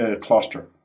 cluster